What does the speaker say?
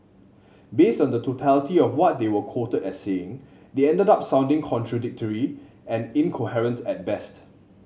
based on the totality of what they were quoted as saying they ended up sounding contradictory and incoherent at best